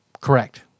Correct